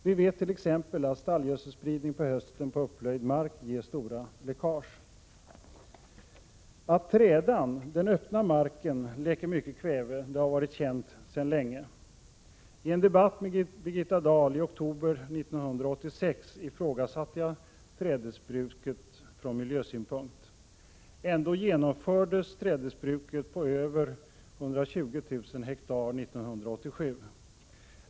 Vi vet t.ex. att stallgödselspridning på hösten på upplöjd mark ger stora läckage. Att trädan, den öppna marken, läcker mycket kväve, har varit känt sedan länge. I en debatt med Birgitta Dahl i oktober 1986 ifrågasatte jag trädesbruket från miljösynpunkt. Ändå genomfördes trädesbruket på över 120 000 hektar 1987.